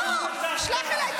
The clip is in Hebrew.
בוא, שלח אליי את